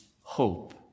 hope